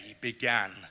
began